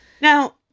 Now